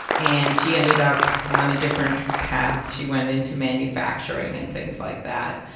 and she ended up on a different path. she went into manufacturing and things like that.